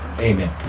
Amen